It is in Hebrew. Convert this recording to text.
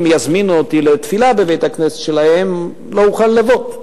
אם יזמינו אותי לתפילה בבית-הכנסת שלהם לא אוכל לבוא,